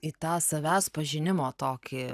į tą savęs pažinimo tokį